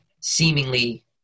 seemingly